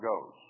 goes